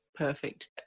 Perfect